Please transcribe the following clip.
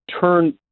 turn